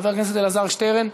חבר הכנסת אלעזר שטרן,